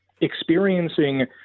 experiencing